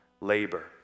labor